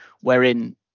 wherein